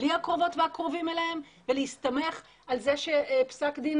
בלי הקרובות והקרובים אליהם ולהסתמך על זה שפסק דין